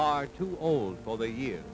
far too old for the year